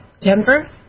Denver